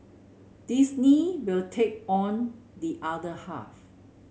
Disney will take on the other half